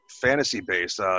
fantasy-based